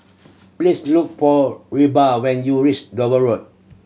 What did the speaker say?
please look for Reba when you reach Dover Road